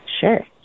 Sure